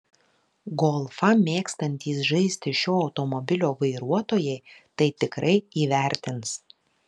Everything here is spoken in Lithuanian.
golfą mėgstantys žaisti šio automobilio vairuotojai tai tikrai įvertins